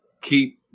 keep